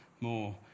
more